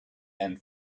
and